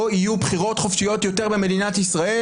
לא יהיו בחירות חופשיות יותר במדינת ישראל,